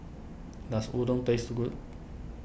does Udon taste good